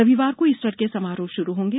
रविवार को ईस्टर के समारोह श्रू होंगे